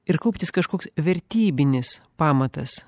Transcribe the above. ir kauptis kažkoks vertybinis pamatas